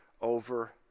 over